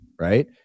right